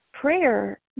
Prayer